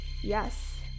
yes